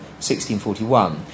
1641